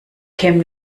kämen